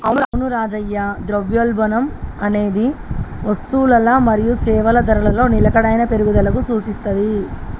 అవును రాజయ్య ద్రవ్యోల్బణం అనేది వస్తువులల మరియు సేవల ధరలలో నిలకడైన పెరుగుదలకు సూచిత్తది